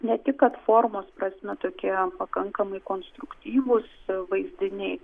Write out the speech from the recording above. ne tik kad formos prasme tokie pakankamai konstruktyvūs vaizdiniai